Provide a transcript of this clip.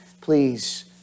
Please